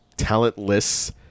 talentless